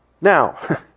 Now